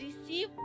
receive